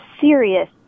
serious